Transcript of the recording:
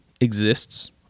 exists